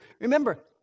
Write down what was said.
Remember